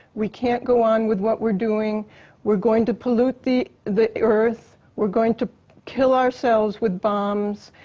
we can't go on with what we're doing we're going to pollute the the earth, we're going to kill ourselves with bombs